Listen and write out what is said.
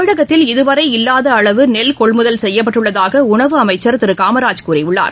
தமிழகத்தில் இதுவரை இல்லாதஅளவு நெல் கொள்முதல் செய்யப்பட்டுள்ளதாகஉணவு அமைச்சர் திருகாமராஜ் கூறியுள்ளார்